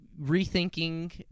rethinking